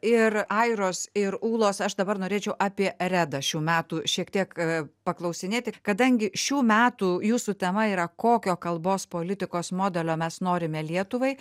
ir airos ir ūlos aš dabar norėčiau apie redą šių metų šiek tiek paklausinėti kadangi šių metų jūsų tema yra kokio kalbos politikos modelio mes norime lietuvai